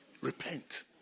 Repent